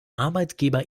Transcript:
arbeitgeber